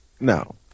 no